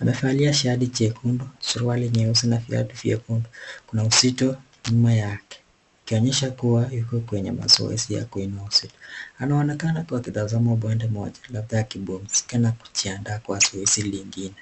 Amevalia shati jekundu suruali nyeusi na viatu vyekundu. Kuna uzito nyuma yake ikionyesha kuwa yuko kwenye mazoezi ya kuinua uzito. Anaonekana akitazama upande moja labda akipumzika na kujiandaa kwa zoezi ingine.